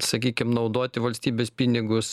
sakykim naudoti valstybės pinigus